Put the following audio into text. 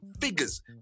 figures